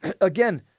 again